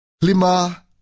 lima